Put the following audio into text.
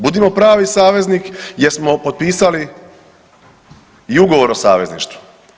Budimo pravi saveznik jer smo potpisali i ugovor o savezništvu.